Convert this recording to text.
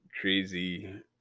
crazy